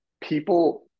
people